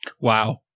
Wow